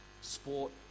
sport